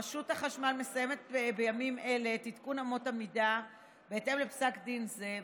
רשות החשמל מסיימת בימים אלה את עדכון אמות המידה בהתאם לפסק דין זה,